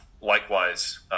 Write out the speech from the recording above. likewise